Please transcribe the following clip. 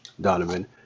Donovan